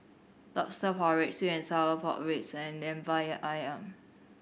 Lobster Porridge sweet and sour pork ribs and Lemper Ayam